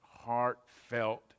heartfelt